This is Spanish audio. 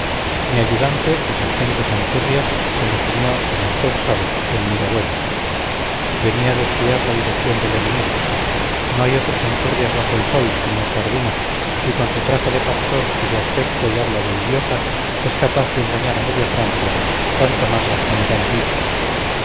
mi ayudante el sargento santurrias se nos unió como usted sabe en mirabueno venía de espiar la dirección del enemigo no hay otro santurrias bajo el sol sr sardina y con su traje de pastor y su aspecto y habla de idiota es capaz de engañar a media francia cuanto más al general